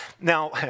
Now